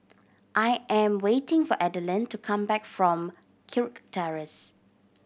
I am waiting for Adalyn to come back from Kirk Terrace